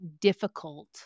difficult